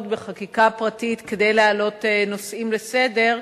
בחקיקה פרטית כדי להעלות נושאים לסדר-היום,